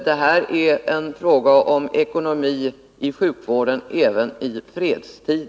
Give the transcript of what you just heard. Det är en fråga om ekonomi i sjukvården även i fredstid.